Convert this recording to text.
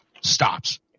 stops